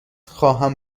خواهم